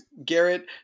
Garrett